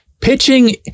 Pitching